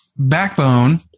Backbone